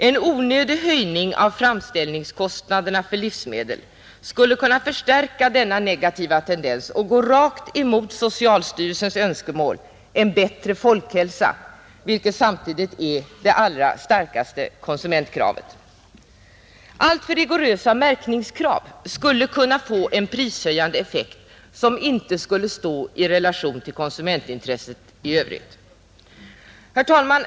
En onödig höjning av framställningskostnaderna för livsmedel skulle kunna förstärka denna negativa tendens och gå rakt emot socialstyrelsens önskemål: en bättre folkhälsa — vilket väl samtidigt är det allra starkaste konsumentkravet. Alltför rigorösa märkningskrav skulle också kunna få en prishöjande effekt som icke skulle stå i relation till konsumentintresset i övrigt. Herr talman!